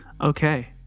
Okay